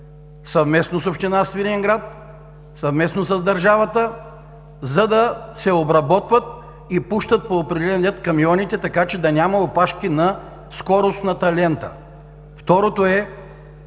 съвместно с община Свиленград, съвместно с държавата, за да се обработват и пускат по определен ред камионите, така че да няма опашки на скоростната лента. Второ, по